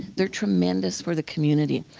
they're tremendous for the community.